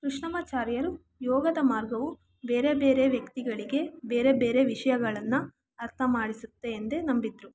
ಕೃಷ್ಣಮಾಚಾರ್ಯರು ಯೋಗದ ಮಾರ್ಗವು ಬೇರೆ ಬೇರೆ ವ್ಯಕ್ತಿಗಳಿಗೆ ಬೇರೆ ಬೇರೆ ವಿಷಯಗಳನ್ನ ಅರ್ಥ ಮಾಡಿಸುತ್ತೆ ಎಂದೇ ನಂಬಿದ್ರು